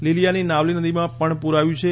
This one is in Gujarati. લીલીયાની નાવલી નદીમાં પણ પુર આવ્યું છે